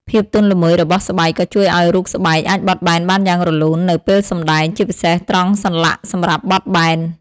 ភាពទន់ល្មើយរបស់ស្បែកក៏ជួយឱ្យរូបស្បែកអាចបត់បែនបានយ៉ាងរលូននៅពេលសម្ដែង ជាពិសេសត្រង់សន្លាក់សម្រាប់បត់បែន។